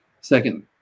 second